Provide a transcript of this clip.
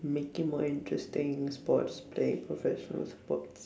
make it more interesting sports playing professional sports